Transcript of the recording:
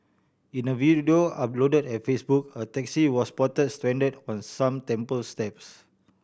in a video uploaded on Facebook a taxi was spotted stranded on some temple steps